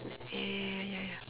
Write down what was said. ya ya ya ya ya ya